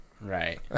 Right